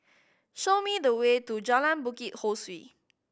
show me the way to Jalan Bukit Ho Swee